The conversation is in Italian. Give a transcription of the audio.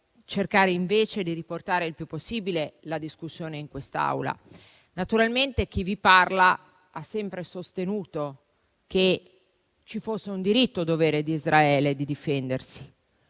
cercare, invece, di riportare il più possibile la discussione in quest'Aula. Naturalmente, chi vi parla ha sempre sostenuto che ci fosse un diritto-dovere di Israele di difendersi,